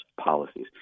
policies